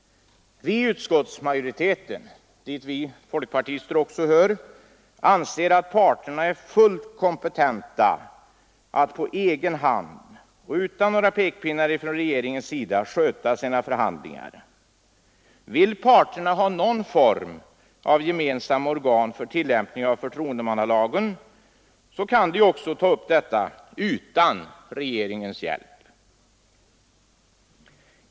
Utskottsmajoriteten, dit vi folkpartister också hör, anser att parterna är fullt kompetenta att på egen hand och utan pekpinnar från regeringens sida sköta sina förhandlingar. Vill parterna ha någon form av gemensamma organ för tillämpning av förtroendemannalagen kan de också ta upp detta utan regeringens hjälp.